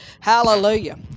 hallelujah